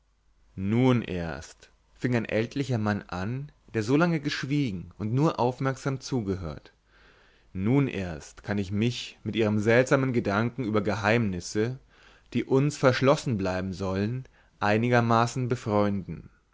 nun erst fing ein ältlicher mann an der so lange geschwiegen und nur aufmerksam zugehört nun erst kann ich mich mit ihren seltsamen gedanken über geheimnisse die uns verschlossen bleiben sollen einigermaßen befreunden